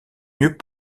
mieux